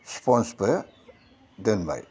स्पन्जबो दोनबाय